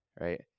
right